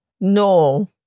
No